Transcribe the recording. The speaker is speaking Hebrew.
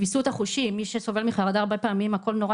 הוויסות החושי מי שסובל מחרדה הרבה פעמים הכול נורא